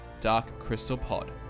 darkcrystalpod